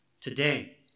Today